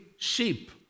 Sheep